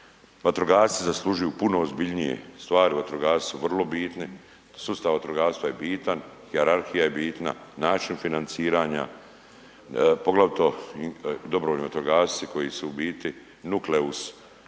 vatrogasci zaslužuju puno ozbiljnije stvari, vatrogasci su vrlo bitni, sustav vatrogastva je bitan i hijerarhija je bitna, način financiranja, poglavito dobrovoljni vatrogasci koji su u biti nukleus